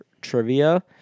trivia